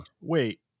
Wait